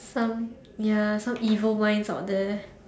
some ya some evils minds or this